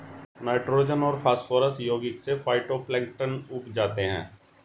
nitrogen और phosphorus यौगिक से फाइटोप्लैंक्टन उग जाते है